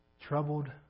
troubled